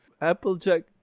Applejack